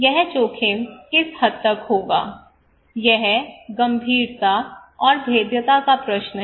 यह जोखिम किस हद तक होगा यह गंभीरता और भेद्यता का प्रश्न है